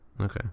Okay